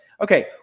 okay